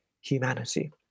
humanity